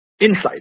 insight